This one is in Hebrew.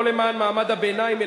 לא למען מעמד הביניים,